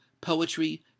poetry